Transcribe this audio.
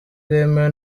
bwemewe